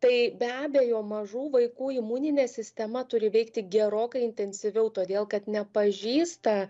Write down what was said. tai be abejo mažų vaikų imuninė sistema turi veikti gerokai intensyviau todėl kad nepažįsta